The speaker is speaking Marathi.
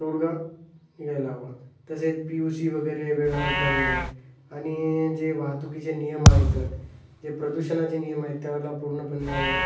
तोडगा निघायला हवा तसेच पी यु सी वगैरे वेळेवर करणे आणि जे वाहतुकीचे नियम आहेत जे प्रदूषणाचे नियम आहेत त्यांना पूर्णपणे